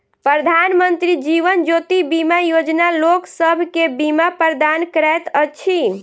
प्रधानमंत्री जीवन ज्योति बीमा योजना लोकसभ के बीमा प्रदान करैत अछि